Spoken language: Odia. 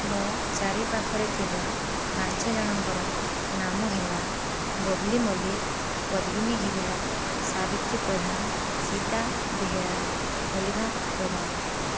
ମୋ ଚାରିପାଖରେ ଥିବା ପାଞ୍ଚ ଜଣଙ୍କର ନାମ ହେଲା ବବ୍ଲି ମଲ୍ଲିକ ପଦ୍ମିନୀ ଘିବିଲା ସାବିତ୍ରୀ ପ୍ରଧାନ ସୀତା ବେହେରା ଅଲିଭା ପ୍ରଧାନ